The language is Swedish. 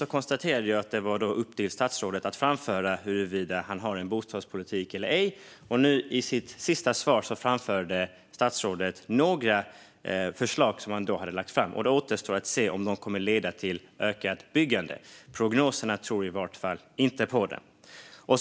Jag konstaterade tidigare att det är upp till statsrådet att framföra huruvida han har en bostadspolitik eller ej. I sitt senaste inlägg tog statsrådet upp några förslag som han har lagt fram. Det återstår att se om de kommer att leda till ökat byggande, men det syns i alla fall inte i prognoserna.